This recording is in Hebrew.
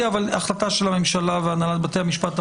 יהיה אבל זאת החלטה של הממשלה והנהלת בתי המשפט.